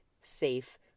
safe